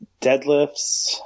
deadlifts